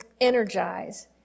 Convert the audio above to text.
energize